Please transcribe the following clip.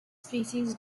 species